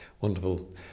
wonderful